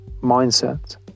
mindset